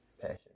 passion